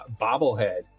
bobblehead